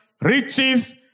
riches